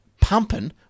pumping